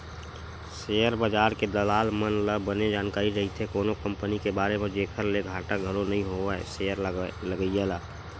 share बजार के दलाल मन ल बने जानकारी रहिथे कोनो कंपनी के बारे म जेखर ले घाटा घलो नइ होवय सेयर लगइया ल